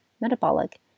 metabolic